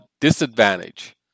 disadvantage